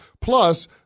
Plus